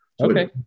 okay